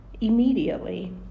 immediately